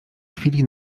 chwili